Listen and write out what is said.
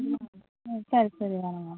ம் ம் சரி சரி வரோம் வரோம்